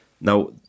Now